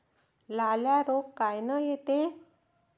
लाल्या रोग कायनं येते?